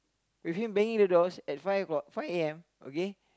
with him banging the doors at five o-clock five A_M okay